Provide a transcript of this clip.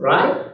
Right